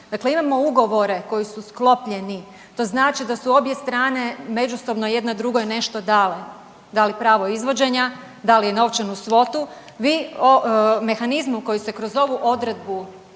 Dakle, imamo ugovore koji su sklopljeni, to znači da su obje strane međusobno jedna drugoj nešto dale, da li pravo izvođenja, da li novčanu svotu, vi o mehanizmu koji se kroz ovu odredbu